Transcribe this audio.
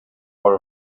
for